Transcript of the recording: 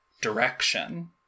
direction